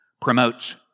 promotes